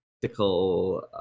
political